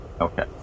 okay